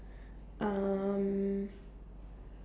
um